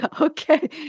Okay